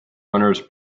runners